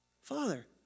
Father